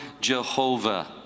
Jehovah